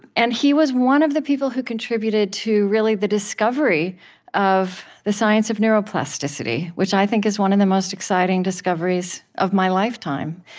and he was one of the people who contributed to, really, the discovery of the science of neuroplasticity, which i think is one of the most exciting discoveries of my lifetime.